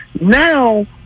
now